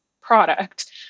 product